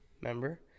Remember